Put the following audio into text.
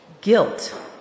guilt